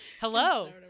Hello